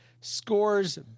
scores